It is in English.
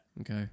Okay